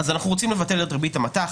רוצים לבטל את ריבית המט"ח.